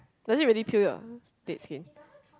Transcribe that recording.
don't really cure your that skin